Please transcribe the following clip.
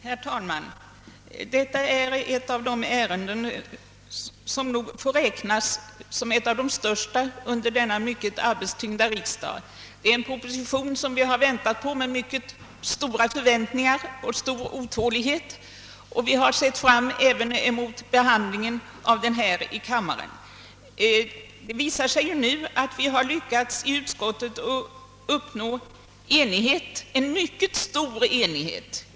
Herr talman! Detta är ett av de ärenden som nog får räknas till ett av de största under denna mycket arbetstyngda riksdag. Den föreliggande propositionen har vi väntat på med stor otålighet, och vi har även sett fram emot behandlingen av den här i kammaren. Det visade sig att vi i utskottet lyckades uppnå mycket stor enighet.